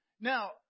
Now